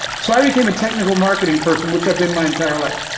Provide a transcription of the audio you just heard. so i became a technical marketing person, which i've been my entire life,